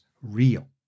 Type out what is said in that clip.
real